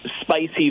spicy